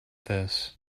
this